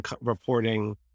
reporting